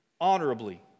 honorably